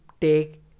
take